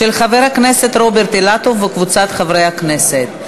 של חבר הכנסת רוברט אילטוב וקבוצת חברי הכנסת.